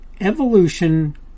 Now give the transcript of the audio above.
evolution